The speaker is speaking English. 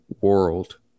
world